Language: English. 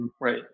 right